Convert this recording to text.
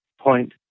point